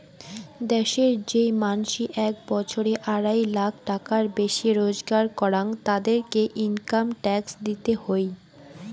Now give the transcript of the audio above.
দ্যাশের যেই মানসি এক বছরে আড়াই লাখ টাকার বেশি রোজগার করাং, তাদেরকে ইনকাম ট্যাক্স দিতে হই